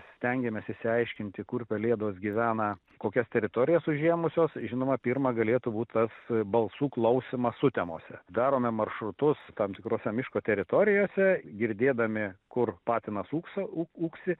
stengiamės išsiaiškinti kur pelėdos gyvena kokias teritorijas užėmusios žinoma pirma galėtų būt tas balsų klausymas sutemose darome maršrutus tam tikrose miško teritorijose girdėdami kur patinas ūksa ū ūksi